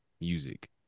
music